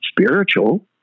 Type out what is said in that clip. spiritual